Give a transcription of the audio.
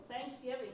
Thanksgiving